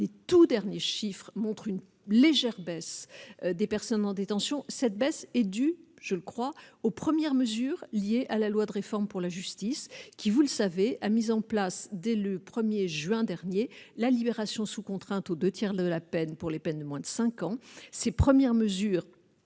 les tout derniers chiffres montrent une légère baisse des personnes en détention, cette baisse est due, je le crois, aux premières mesures liées à la loi de réforme pour la justice qui, vous le savez, a mis en place dès le 1er juin dernier la libération sous contrainte aux 2 tiers de la peine pour les peines de moins de 5 ans ces premières mesures